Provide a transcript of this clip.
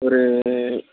ஒரு